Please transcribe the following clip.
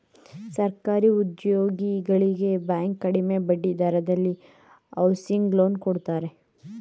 ಸರ್ಕಾರಿ ಉದ್ಯೋಗಿಗಳಿಗೆ ಬ್ಯಾಂಕ್ ಕಡಿಮೆ ಬಡ್ಡಿ ದರದಲ್ಲಿ ಹೌಸಿಂಗ್ ಲೋನ್ ಕೊಡುತ್ತಾರೆ